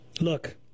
Look